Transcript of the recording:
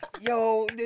Yo